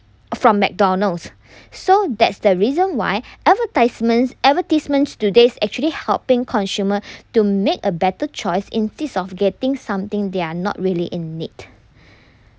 from McDonald's so that's the reason why advertisements advertisements today's actually helping consumers to make a better choice instead of getting something they're not really in need